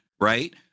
right